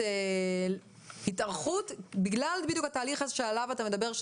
באמת דורשת התארכות בגלל התהליך שעליו אתה מדבר,